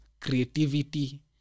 creativity